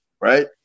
right